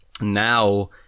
now